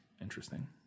Interesting